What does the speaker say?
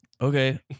Okay